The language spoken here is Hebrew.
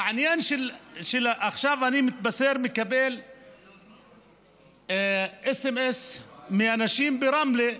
עכשיו אני מתבשר, מקבל סמ"ס מאנשים ברמלה,